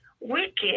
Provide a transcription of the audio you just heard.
wicked